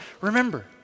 Remember